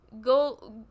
Go